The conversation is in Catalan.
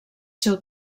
seu